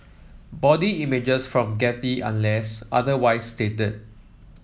body images from Getty unless otherwise stated